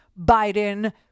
Biden